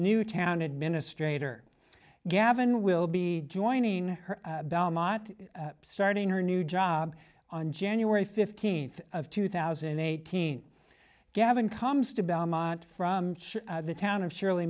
new town administrator gavin will be joining her belmont starting her new job on january fifteenth of two thousand and eighteen gavin comes to belmont from the town of surely